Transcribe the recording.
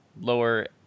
lower